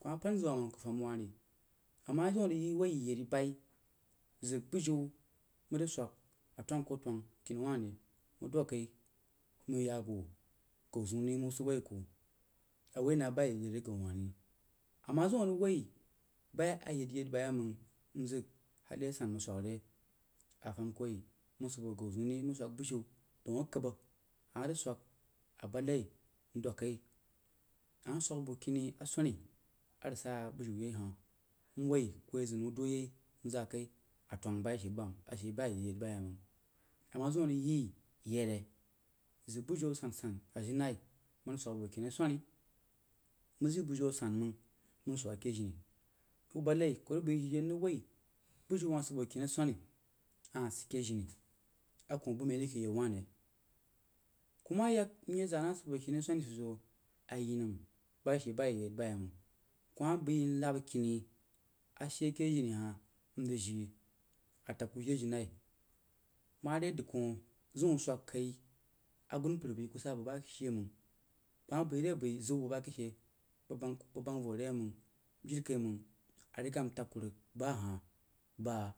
ku ma pan zəg wa məng ku fam w ri ama ʒim a rig woi yi yen bayi zəg bijiu məg zəg swəg a twən-ko twən kini wa ri məg dwəg kai məg ya gau zi ri məg wuh sid woi ku, a woi na bayi a yeid-yeid re gau wa ri, a ma zim a rig woi bayi a yeid-yeid bayeiməng mzəg hali a sanməng swəg re a fom koh ri mau sid boh gau zeun ri məg swəg bujiu daun akəbba a ma zəg swəg abad nai ndwəg kai a ma swəg bu kini aswani a rig saá bujiu yei hah mwoī ku ye zəg nau duó yei mzəg kai a twəng bayi she ban, ashe bayi a yeid-yeid məng a ma zim a rig yi yen, zəg bujiu a san-san ajjrenai məg zəg swəg abuo kini aswanni məg zəg bujiu a sanməng swəg keh jini wuh bad nai ku rig bai she mrig woi bujiu hah sid bu kini aswani ahah sid keh jini a kwoh bəg mai rí keh yau wai ku ma yək mye zəg na asid buo kini aswani sid soó ayi nəm bayi, buyi a yeid-yeid bayei məng kuh ma bai nab kini ashe keh jini hah mzəg jii a təg jire-jirenai ma re dadkuh zauri wah swəg kai agunmpər bu ku sa bəg ba keh she məng bəg ma bai re bai zau bəg ba keh she ku bəng voh re yei məng jire məng a rig ga mtəg ku rig ba huh.